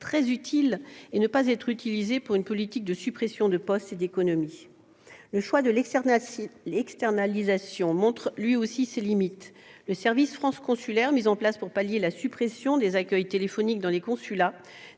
très utile, au lieu d'être utilisée comme le revers d'une politique de suppression de postes et d'économies. Le choix de l'externalisation montre lui aussi ses limites : le service France Consulaire, mis en place pour pallier la suppression des accueils téléphoniques dans les consulats,